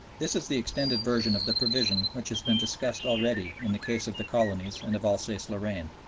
this is the extended version of the provision which has been discussed already in the case of the colonies and of alsace-lorraine.